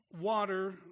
water